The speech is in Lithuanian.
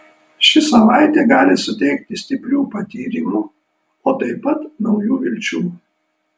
ši savaitė gali suteikti stiprių patyrimų o taip pat naujų vilčių